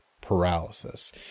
paralysis